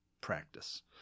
practice